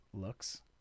looks